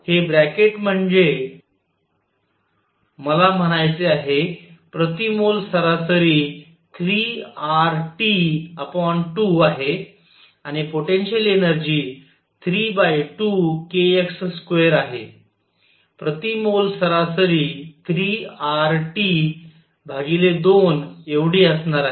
हे ब्रॅकेट म्हणजे मला म्हणायचे आहे प्रति मोल सरासरी 3RT2 आहे आणि पोटेन्शियल एनर्जी 32kx2आहे प्रति मोल सरासरी3RT2एवढी असणार आहे